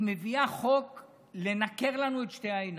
היא מביאה חוק לנקר לנו את שתי העיניים.